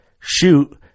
shoot